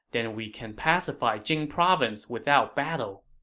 then we can pacify jing province without battle.